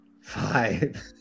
five